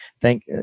thank